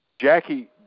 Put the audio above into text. Jackie